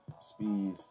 speed